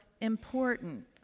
important